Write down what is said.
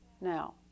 Now